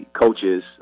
coaches